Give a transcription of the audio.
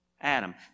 Adam